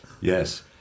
Yes